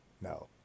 No